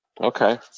Okay